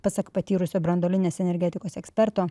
pasak patyrusio branduolinės energetikos eksperto